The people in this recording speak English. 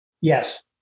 yes